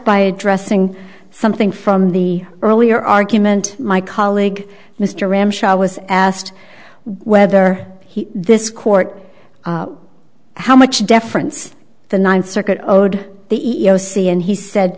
by addressing something from the earlier argument my colleague mr ramshaw was asked whether he this court how much deference the ninth circuit owed the e e o c and he said